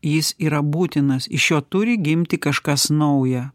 jis yra būtinas iš jo turi gimti kažkas nauja